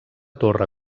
torre